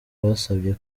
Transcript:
basabye